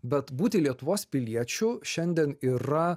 bet būti lietuvos piliečiu šiandien yra